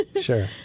sure